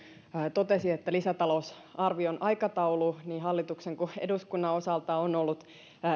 totesi että lisätalousarvion aikataulu niin hallituksen kuin eduskunnan osalta on ollut